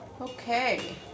Okay